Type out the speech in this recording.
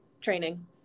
training